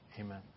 amen